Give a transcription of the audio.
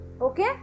okay